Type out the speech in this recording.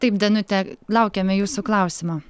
taip danute laukiame jūsų klausimo